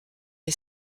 est